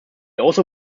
also